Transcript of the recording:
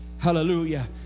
Hallelujah